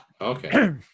okay